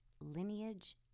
lineage